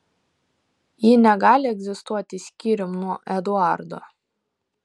ji negali egzistuoti skyrium nuo eduardo